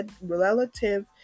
relative